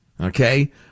okay